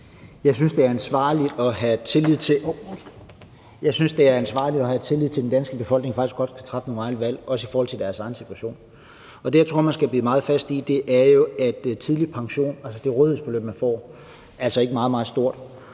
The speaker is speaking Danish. Jeg synes, det er ansvarligt at have tillid til, at den danske befolkning faktisk godt kan træffe nogle egne valg, også i forhold til deres egen situation. Det, jeg tror man skal blive meget fast i, er jo, at det rådighedsbeløb, folk får ved tidlig pension,